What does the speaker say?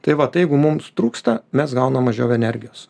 tai vat tai jeigu mums trūksta mes gaunam mažiau energijos